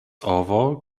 ovo